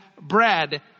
bread